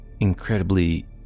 Incredibly